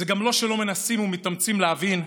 זה גם לא שלא מנסים ומתאמצים להבין,